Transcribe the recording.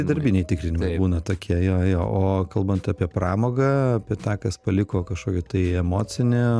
darbiniai tikrinimai būna tokie jo jo o kalbant apie pramogą apie tą kas paliko kažkokį tai emocinį